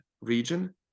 region